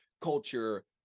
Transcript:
culture